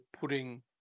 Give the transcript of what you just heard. putting